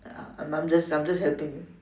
ah I'm just I'm just helping you